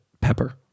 Pepper